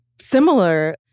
Similar